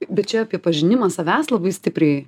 bet čia apie pažinimą savęs labai stipriai